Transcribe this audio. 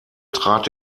trat